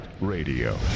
radio